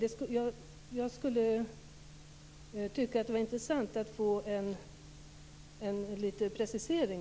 Det skulle vara intressant att få en liten precisering.